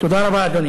תודה רבה, אדוני.